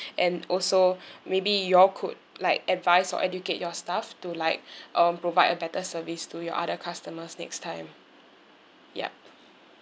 and also maybe you all could like advise or educate your staff to like um provide a better service to your other customers next time yup